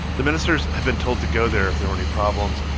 the ministers have been told to go there if there were any problems.